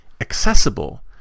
accessible